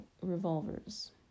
revolvers